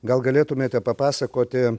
gal galėtumėte papasakoti